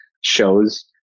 shows